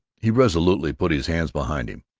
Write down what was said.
he resolutely put his hands behind him.